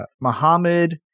Muhammad